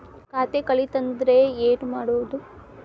ಖಾತೆ ಕಳಿತ ಅಂದ್ರೆ ಏನು ಮಾಡೋದು?